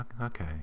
okay